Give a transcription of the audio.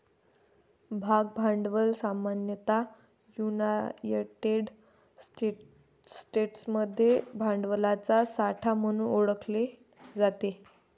भाग भांडवल सामान्यतः युनायटेड स्टेट्समध्ये भांडवलाचा साठा म्हणून ओळखले जाते